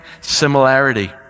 similarity